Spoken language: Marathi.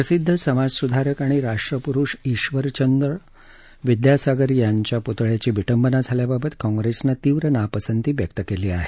प्रसिद्ध समाजसुधारक आणि राष्ट्रपुरुष ईश्वरचंद्र विद्यासागर यांच्या पुतळ्याची विटंबना झाल्याबाबत काँग्रेसनं तीव्र नापसंती व्यक्त केली आहे